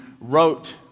wrote